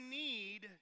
need